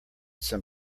some